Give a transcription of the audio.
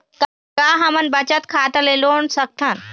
का हमन बचत खाता ले लोन सकथन?